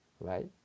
right